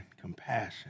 compassion